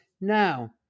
now